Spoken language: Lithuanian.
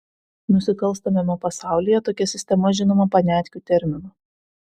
nusikalstamame pasaulyje tokia sistema žinoma paniatkių terminu